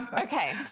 Okay